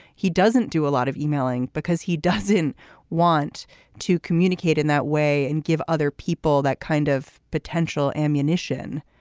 he doesn't do a lot of emailing because he doesn't want to communicate in that way and give other people that kind of potential ammunition.